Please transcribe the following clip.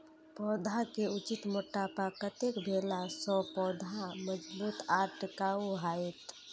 पौधा के उचित मोटापा कतेक भेला सौं पौधा मजबूत आर टिकाऊ हाएत?